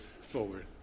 forward